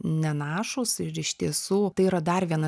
nenašūs ir iš tiesų tai yra dar viena